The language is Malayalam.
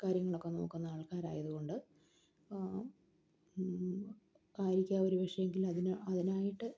കാര്യങ്ങളൊക്കെ നോക്കുന്ന ആൾക്കാരായതുകൊണ്ട് ആയിരിക്കും ഒരു പക്ഷേ എങ്കിൽ അതിനായിട്ട്